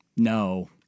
No